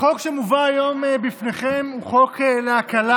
החוק שמובא היום בפניכם הוא חוק להקלה